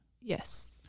Yes